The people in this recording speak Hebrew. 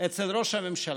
אצל ראש הממשלה.